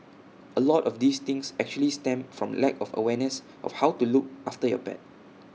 A lot of these things actually stem from lack of awareness of how to look after your pet